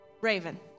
Raven